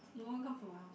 no one come from my house